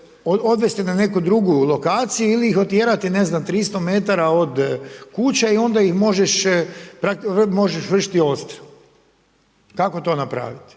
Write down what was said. odvesti na neki drugu lokaciju ili ih otjerati ne znam 300 metara od kuće i onda ih možeš, možeš vršiti odstrel. Kako to napraviti?